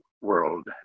world